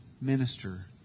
minister